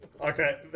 okay